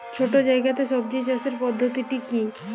ছোট্ট জায়গাতে সবজি চাষের পদ্ধতিটি কী?